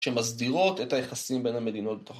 שמסדירות את היחסים בין המדינות בתוכן.